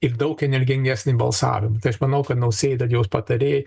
ir daug energingesnį balsavimą tai aš manau kad nausėda jos patarėjai